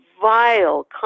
vile